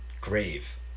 grave